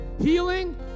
Healing